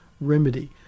remedy